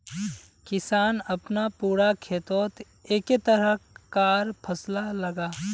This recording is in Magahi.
किसान अपना पूरा खेतोत एके तरह कार फासला लगाः